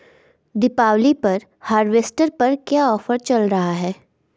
दीपावली पर हार्वेस्टर पर क्या ऑफर चल रहा है?